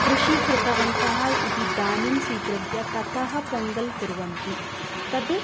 कृषिः कृतवन्तः इति धान्यं स्वीकृत्य ततः पोङ्गल् कुर्वन्ति तद्